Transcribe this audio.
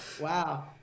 Wow